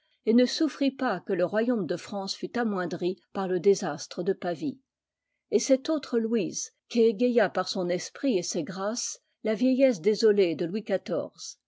et ne souffrit pas que le royaume de france fût amoindri par le désastre de pavie et cette autre louise qui égaya par son esprit et ses grâces la vieillesse désolée de louis